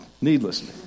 needlessly